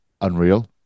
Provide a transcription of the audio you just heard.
Unreal